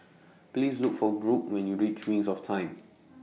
Please Look For Brooke when YOU REACH Wings of Time